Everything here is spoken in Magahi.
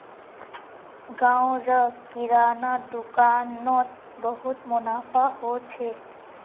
गांव र किराना दुकान नोत बहुत मुनाफा हो छे